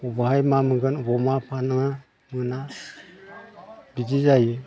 अबाहाय मा मोनगोन अबाव मा फाना मोना बिदि जायो